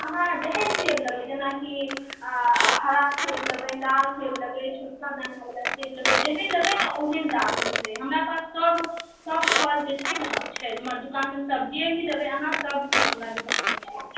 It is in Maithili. अहाँ जेहेन सेब लेबै जेना कि हरा सेब लेबै लाल सेब लेबै छोटा दाना बला सेब लेबै जेहेन लेबै ने ओहेन दाम मिलतै हमरा पास सब सब फल जे छै ने छै हमर दोकानमे सब जे भी लेबै अहाँ सब किछु हमरा दोकानमे छै